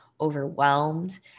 overwhelmed